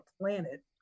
planet